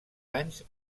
anys